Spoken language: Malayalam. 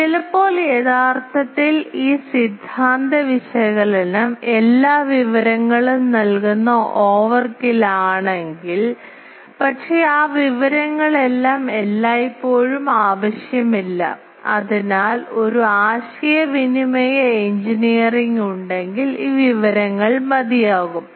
അതിനാൽ ചിലപ്പോൾ യഥാർത്ഥത്തിൽ ഈ സിദ്ധാന്ത വിശകലനം എല്ലാ വിവരങ്ങളും നൽകുന്ന ഓവർകിൽ ആണെങ്കിൽ പക്ഷേ ആ വിവരങ്ങളെല്ലാം എല്ലായ്പ്പോഴും ആവശ്യമില്ല അതിനാൽ ഒരു ആശയവിനിമയ എഞ്ചിനീയറിംഗ് ഉണ്ടെങ്കിൽ ഈ വിവരങ്ങൾ മതിയാകും